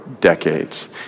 decades